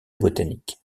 botanique